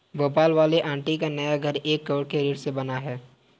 भोपाल वाली आंटी का नया घर एक करोड़ के ऋण से बना है